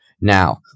Now